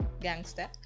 gangster